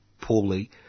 poorly